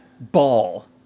ball